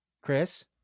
Chris